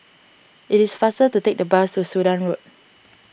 it is faster to take the bus to Sudan Road